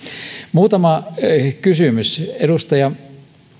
muutama kysymys edustaja